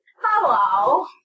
Hello